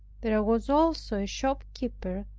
there was also a shopkeeper,